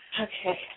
Okay